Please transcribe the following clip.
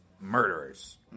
murderers